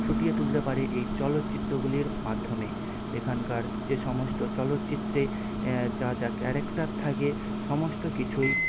ফুটিয়ে তুলতে পারে এই চলচ্চিত্রগুলির মাধ্যমে এখানকার যে সমস্ত চলচ্চিত্রে যা যা ক্যারেক্টার থাকে সমস্ত কিছুই